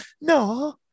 no